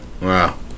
wow